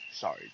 Sorry